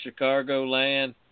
Chicagoland